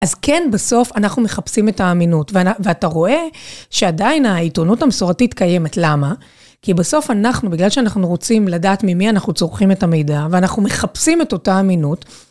אז כן, בסוף אנחנו מחפשים את האמינות, ואתה רואה שעדיין העיתונות המסורתית קיימת, למה? כי בסוף אנחנו, בגלל שאנחנו רוצים לדעת ממי אנחנו צורכים את המידע, ואנחנו מחפשים את אותה אמינות.